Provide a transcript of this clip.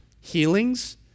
healings